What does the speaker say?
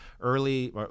early